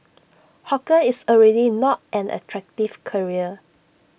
hawker is already not an attractive career